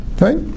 right